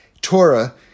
Torah